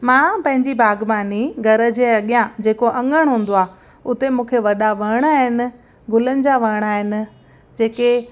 मां पंहिंजी बागबानी घर जे अॻियां जेको अंॻण हूंदो आहे उते मूंखे वॾा वण आहिनि गुलनि जा वण आहिनि जेके